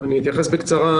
אני אתייחס בקצרה,